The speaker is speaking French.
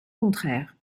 contraire